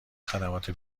خدمات